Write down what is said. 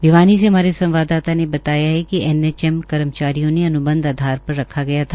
भिवानी से हमारे संवाददाता ने बताया कि एनएचएम कर्मचारियो को अन्बंध आधार पर रखा गया था